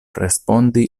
respondi